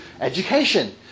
education